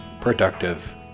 productive